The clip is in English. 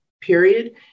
period